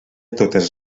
totes